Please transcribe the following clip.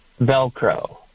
Velcro